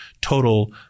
total